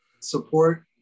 support